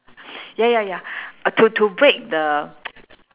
ya ya ya to to break the